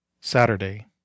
Saturday